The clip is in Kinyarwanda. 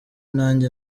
nanjye